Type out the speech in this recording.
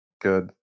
good